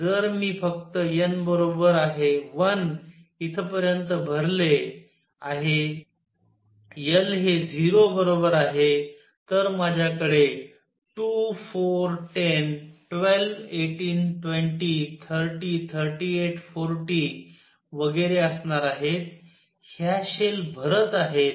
जर मी फक्त n बरोबर आहे 1 इथपर्यंत भरले आहे l हे 0 बरोबर आहे तर माझ्याकडे 2 4 10 12 18 20 30 38 40 वगैरे असणार आहेत ह्या शेल भरत आहेत